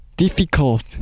Difficult